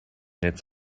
its